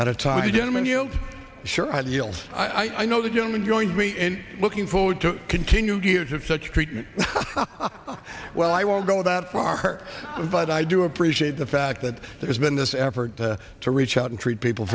at a time gentlemen you sure ideals i know the gentleman joins me in looking forward to continued use of such treatment well i won't go that far but i do appreciate the fact that there's been this effort to reach out and treat people